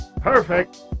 perfect